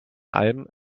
alm